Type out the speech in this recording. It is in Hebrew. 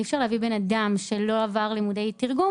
אי אפשר להביא בן אדם שלא עבר לימודי תרגום